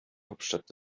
hauptstadt